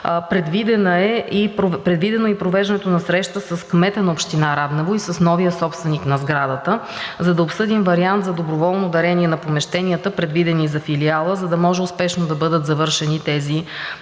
Предвидено е и провеждането на среща с кмета на община Раднево и с новия собственик на сградата, за да обсъдим вариант за доброволно дарение на помещенията, предвидени за Филиала, за да може успешно да бъдат завършени тези